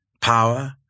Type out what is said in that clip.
power